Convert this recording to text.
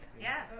Yes